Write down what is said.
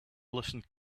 listened